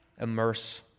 Immerse